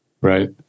Right